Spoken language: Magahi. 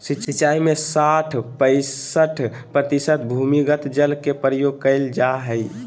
सिंचाई में साठ पईंसठ प्रतिशत भूमिगत जल के प्रयोग कइल जाय हइ